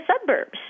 suburbs